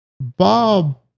Bob